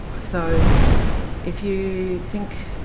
so if you think,